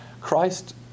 Christ